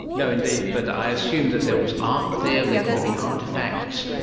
no indeed, but i assumed that there was art there, there could have been artefacts.